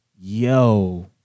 yo